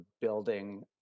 building